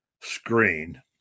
screen